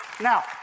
Now